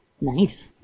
Nice